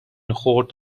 خرد